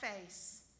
face